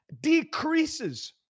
decreases